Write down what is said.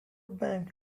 bank